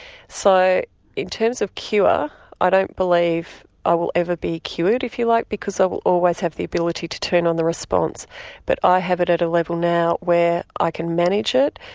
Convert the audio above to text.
so in terms of cure i don't believe i will ever be cured, if you like, because i will always have the ability to turn on the response but i have it at a level now where i can manage it,